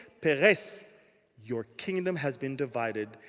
perez your kingdom has been divided,